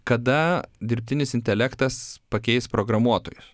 kada dirbtinis intelektas pakeis programuotojus